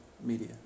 media